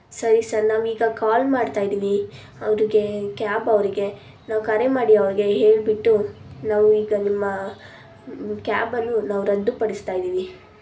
ಸರಿ ಸರ್ ನಾವೀಗ ಕಾಲ್ ಮಾಡ್ತಾ ಇದ್ದೀವಿ ಅವ್ರಿಗೆ ಕ್ಯಾಬವರಿಗೆ ನಾವು ಕರೆ ಮಾಡಿ ಅವ್ರಿಗೆ ಹೇಳಿಬಿಟ್ಟು ನಾವು ಈಗ ನಿಮ್ಮ ಕ್ಯಾಬನ್ನು ನಾವು ರದ್ದು ಪಡಿಸ್ತಾ ಇದ್ದೀವಿ